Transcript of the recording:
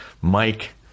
Mike